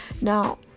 Now